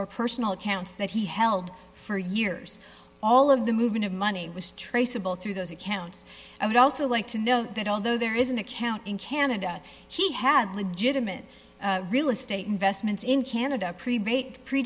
or personal accounts that he held for years all of the movement of money was traceable through those accounts i would also like to know that although there is an account in canada he had legitimate real estate investments in canada pre baked pre